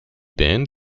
band